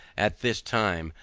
at this time,